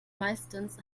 meistens